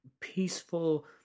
peaceful